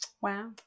Wow